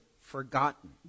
forgotten